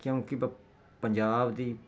ਕਿਉਂਕਿ ਵ ਪੰਜਾਬ ਦੀ